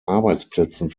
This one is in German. arbeitsplätzen